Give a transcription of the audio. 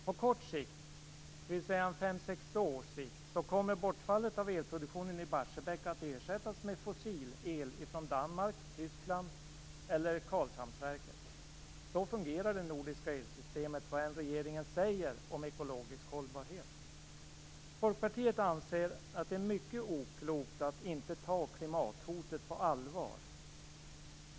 På kort sikt, 5-6 år, kommer bortfallet av elproduktionen i Barsebäck att ersättas med fossilel från Danmark, Tyskland eller Karlshamnsverket. Så fungerar det nordiska elsystemet, vad än regeringen säger om ekologisk hållbarhet. Vi i Folkpartiet anser att det är mycket oklokt att inte ta klimathotet på allvar.